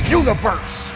universe